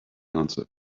answer